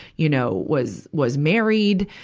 you know, was, was married,